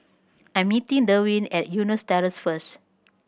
I'm meeting Derwin at Eunos Terrace first